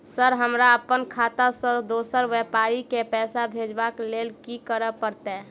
Sir हम अप्पन खाता सऽ दोसर व्यापारी केँ पैसा भेजक लेल की करऽ पड़तै?